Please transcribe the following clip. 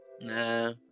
Nah